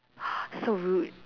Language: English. so rude